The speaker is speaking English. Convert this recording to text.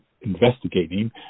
investigating